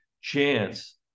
chance